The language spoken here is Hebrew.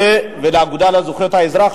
לאגודה לזכויות האזרח,